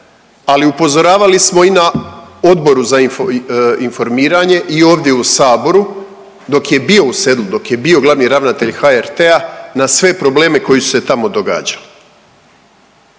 ali upozoravali smo i na Odboru za informiranje i ovdje u saboru dok je bio u sedlu, dok je bio glavni ravnatelj HRT-a na sve probleme koji su se tamo događali,